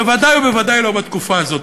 בוודאי ובוודאי לא בתקופה הזאת,